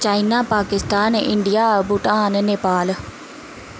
China Pakistan India Bhutan Nepal